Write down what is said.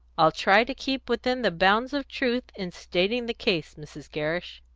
i'll try to keep within the bounds of truth in stating the case, mrs. gerrish.